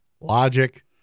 logic